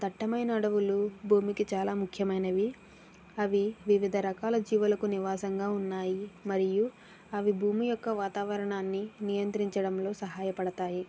దట్టమైన అడవులు భూమికి చాలా ముఖ్యమైనవి అవి వివిధరకాల జీవులకు నివాసంగా ఉన్నాయి మరియు అవి భూమి యొక్క వాతావరణాన్ని నియంత్రించడంలో సహాయపడతాయి